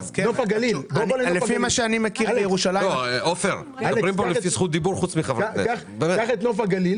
בוא אני אעשה איתך סיור בנוף הגליל